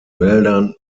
wäldern